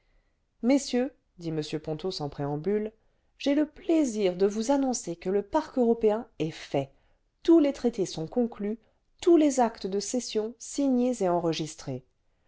messieurs dit m ponto sans préambule j'ai lé plaisir devons annoncer que le parc européen est fait tous les traités sont conclus tous les actes de cession signés et enregistrés